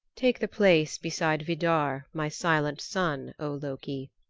take the place beside vidar, my silent son, o loki,